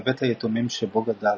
בבית היתומים שבו גדל.